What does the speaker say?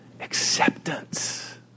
acceptance